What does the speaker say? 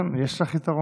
כן, יש לך יתרון.